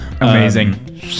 Amazing